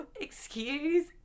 excuse